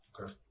Okay